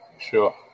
Sure